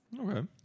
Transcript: Okay